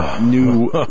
New